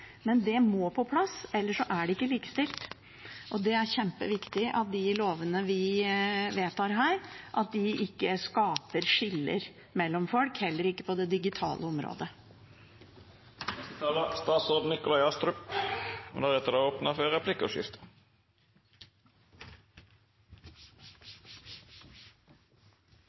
men det må på plass, ellers er det ikke likestilt. Det er kjempeviktig at de lovene vi vedtar her, ikke skaper skiller mellom folk, heller ikke på det digitale området. Når vi nå har fått kontroll på smittespredningen, åpner vi samfunnet igjen – gradvis, kontrollert og